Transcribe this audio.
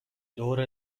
دور